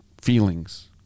feelings